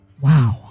Wow